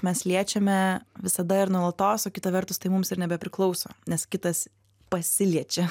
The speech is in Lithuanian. mes liečiame visada ir nuolatos o kita vertus tai mums ir nebepriklauso nes kitas pasiliečia